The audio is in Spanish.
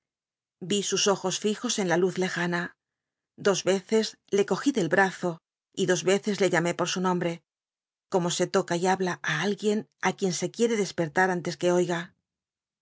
yl sus ojos lijos en la luz lejana dos veces le cogí clcl brazo y dos yccc le llamé por su nombte como se toca y habla á alguien á quien e quiere despertar antes que oiga